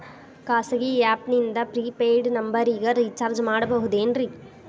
ಖಾಸಗಿ ಆ್ಯಪ್ ನಿಂದ prepaid ನಂಬರಿಗ ರೇಚಾರ್ಜ್ ಮಾಡಬಹುದೇನ್ರಿ?